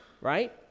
right